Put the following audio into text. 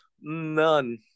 none